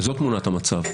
זאת תמונת המצב.